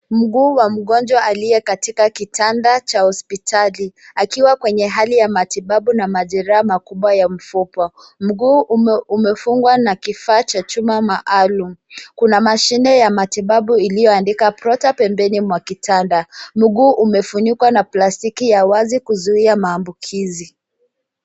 Mguu wa mgonjwa aliye katika kitanda cha hospitali akiwa katika hali ya matibabu na majeraha makubwa ya mifupa. Mguu umeungwa na kifaa cha chuma maalum. Kuna mashine ya matibabu iliyoandikwa Prota pembeni mwa kitanda . Miguu umefunikwa na plastiki ya wazi kuzuia maambukizi.